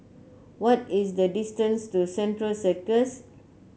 what is the distance to Central Circus